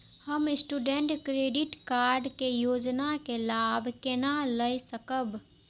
हम student credit card के योजना के लाभ केना लय सकब?